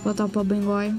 po to pabaigoj